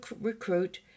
recruit